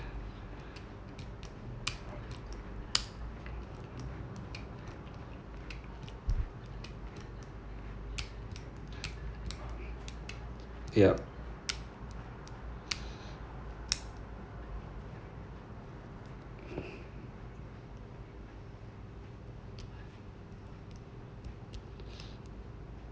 yup